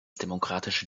demokratische